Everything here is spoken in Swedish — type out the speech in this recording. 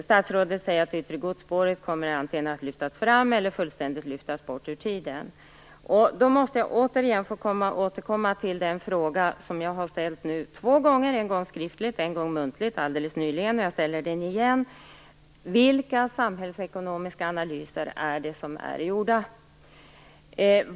Statsrådet säger att yttre godsspåret antingen kommer att lyftas fram i tiden eller fullständigt lyftas bort. Då måste jag återkomma till den fråga som jag nu har ställt två gången - en gång skriftligt, och en gång muntligt alldeles nyligen. Jag ställer den igen: Vilka samhällsekonomiska analyser är gjorda?